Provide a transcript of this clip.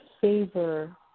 favor